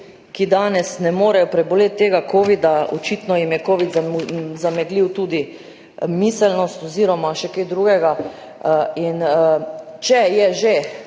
ki danes ne morejo preboleti tega covida, očitno jim je covid zameglil tudi miselnost oziroma še kaj drugega. Če je že,